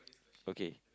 okay